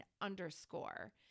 underscore